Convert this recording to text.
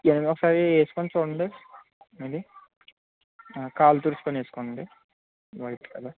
ఏదండీ ఒకసారి వేసుకుని చూడండి ఏండి కాలు తుడుచుకొని వేసుకోండి